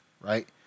right